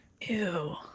Ew